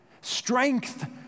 Strength